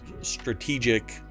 strategic